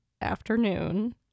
afternoon